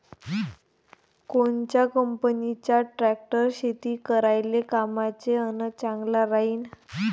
कोनच्या कंपनीचा ट्रॅक्टर शेती करायले कामाचे अन चांगला राहीनं?